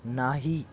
नाही